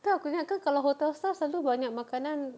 entah aku jangka kalau hotel staff selalu banyak makanan